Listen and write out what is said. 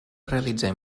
realitzar